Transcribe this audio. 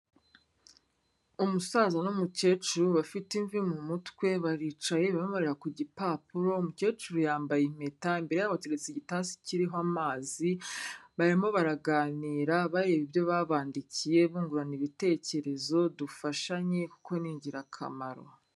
Umusaza n'umukecuru bafite imvi mu mutwe baricaye barimo bareba ku gipapuro umukecuru yambaye impeta imbere yabo hateretse igitasi kiriho amazi barimo baraganira bareba ibyo babandikiye bungurana ibitekerezo. Dufashanye kuko ni ingirakamaro.